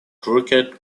cricket